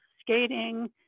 skating